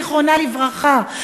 זיכרונה לברכה.